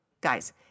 guys